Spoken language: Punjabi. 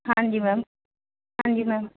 ਹਾਂਜੀ ਮੈਮ ਹਾਂਜੀ ਮੈਮ